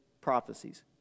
prophecies